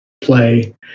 play